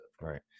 right